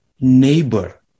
neighbor